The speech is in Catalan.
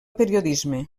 periodisme